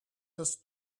this